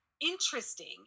interesting